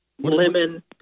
lemon